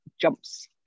jumps